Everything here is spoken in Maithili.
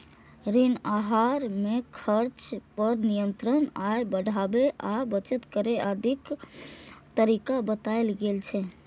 ऋण आहार मे खर्च पर नियंत्रण, आय बढ़ाबै आ बचत करै आदिक तरीका बतायल गेल छै